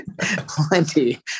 plenty